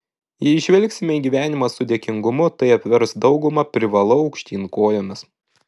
jei žvelgsime į gyvenimą su dėkingumu tai apvers daugumą privalau aukštyn kojomis